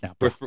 now